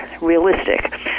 realistic